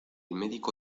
médico